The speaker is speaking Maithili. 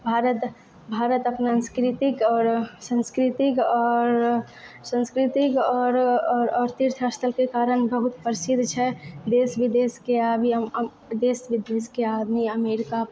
भारत भारत अपन सांस्कृतिक आओर संस्कृतिक आओर संस्कृतिक आओर आओर तीर्थ स्थलके कारण बहुत प्रसिद्ध छै देश विदेशके अभी देश विदेशके आदमी अमेरिका